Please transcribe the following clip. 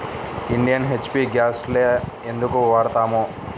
Indian, HP గ్యాస్లనే ఎందుకు వాడతాము?